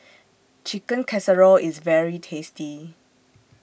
Chicken Casserole IS very tasty